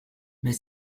mais